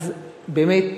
אז באמת,